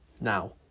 now